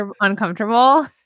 uncomfortable